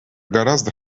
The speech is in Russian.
гораздо